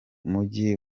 mujyi